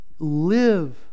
live